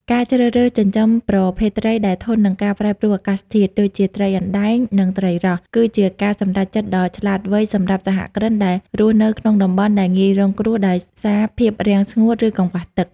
ការជ្រើសរើសចិញ្ចឹមប្រភេទត្រីដែលធន់នឹងការប្រែប្រួលអាកាសធាតុ ដូចជាត្រីអណ្ដែង និងត្រីរ៉ស់ គឺជាការសម្រេចចិត្តដ៏ឆ្លាតវៃសម្រាប់សហគ្រិនដែលរស់នៅក្នុងតំបន់ដែលងាយរងគ្រោះដោយសារភាពរាំងស្ងួត ឬកង្វះទឹក។